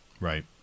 Right